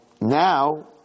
Now